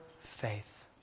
faith